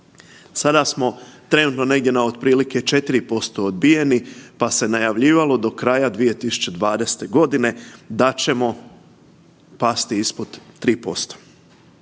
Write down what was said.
Sada smo trenutno negdje na otprilike 4% odbijenih pa se najavljivalo do kraja 2020. Godine da ćemo pasti ispod 3%,